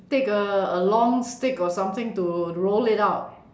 take a a long stick or something to roll it out